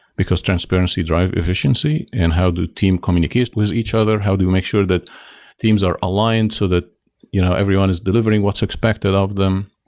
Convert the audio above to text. because transparency drive efficiency. and how the team communicates with each other? how do we make sure that teams are aligned, so that you know everyone is delivering what's expected of them,